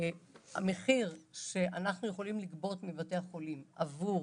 המחיר שאנחנו יכולים לגבות מבתי החולים עבור